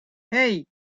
hey